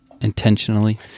intentionally